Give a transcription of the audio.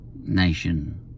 nation